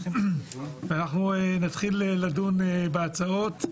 אנחנו נתחיל לדון בהצעות,